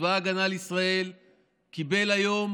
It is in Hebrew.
צבא ההגנה לישראל קיבל היום